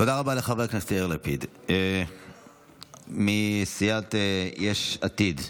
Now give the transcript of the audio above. תודה רבה לחבר הכנסת יאיר לפיד מסיעת יש עתיד.